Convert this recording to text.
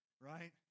right